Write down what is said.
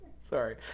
Sorry